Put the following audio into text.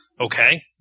Okay